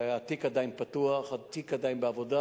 התיק עדיין פתוח, התיק עדיין בעבודה.